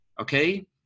okay